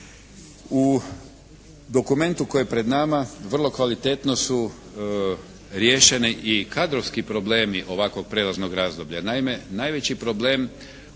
U dokumentu koji je pred nama vrlo kvalitetno su riješeni i kadrovski problemi ovakvog prijelaznog razdoblja.